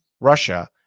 Russia